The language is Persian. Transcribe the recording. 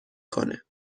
کنه